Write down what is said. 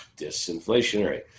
disinflationary